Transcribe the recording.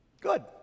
Good